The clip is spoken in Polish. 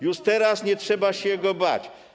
Już teraz nie trzeba się go bać.